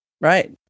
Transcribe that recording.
Right